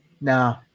no